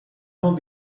نوع